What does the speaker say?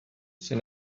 than